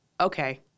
okay